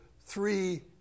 three